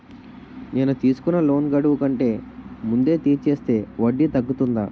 నేను తీసుకున్న లోన్ గడువు కంటే ముందే తీర్చేస్తే వడ్డీ తగ్గుతుందా?